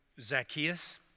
Zacchaeus